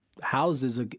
houses